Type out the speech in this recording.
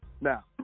Now